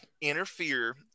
interfere